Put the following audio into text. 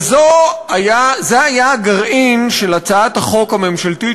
וזה היה הגרעין של הצעת החוק הממשלתית,